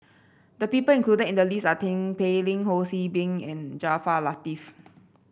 the people included in the list are Tin Pei Ling Ho See Beng and Jaafar Latiff